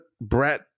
brett